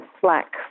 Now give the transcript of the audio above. Slack